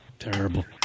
Terrible